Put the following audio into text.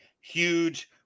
huge